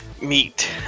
meet